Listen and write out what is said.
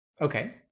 Okay